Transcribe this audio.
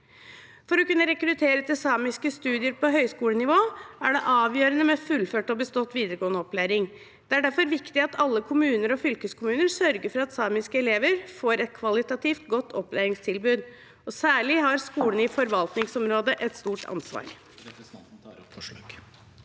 For å kunne rekruttere til samiske studier på høyskolenivå er det avgjørende med fullført og bestått videregående opplæring. Det er derfor viktig at alle kommuner og fylkeskommuner sørger for at samiske elever får et kvalitativt godt opplæringstilbud. Særlig har skolene i forvaltningsområdet et stort ansvar.